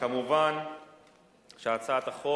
מובן שהצעת החוק,